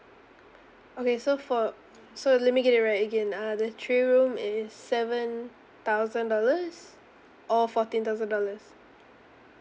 okay so for so let me get it right again uh the three room is seven thousand dollars or fourteen thousand dollars